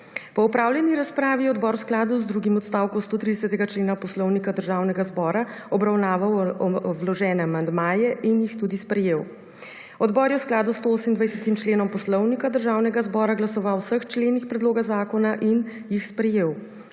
Po opravljeni razpravi, je odbor v skladu z drugim odstavkom 130. člena Poslovnika Državnega zbora obravnaval vložene amandmaje in jih tudi sprejel. Odbor je v skladu s 128. členom Poslovnika Državnega zbora glasoval o vseh členih predloga zakona in jih sprejel.